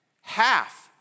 Half